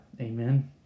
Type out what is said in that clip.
amen